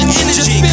energy